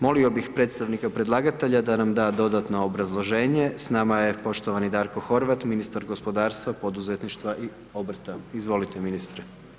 Molio bi predstavnika predlagatelja da nam da dodatno obrazloženje, s nama je poštovani Darko Horvat, ministar gospodarstva poduzetništva i obrta, izvolite ministre.